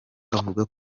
avuga